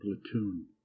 platoon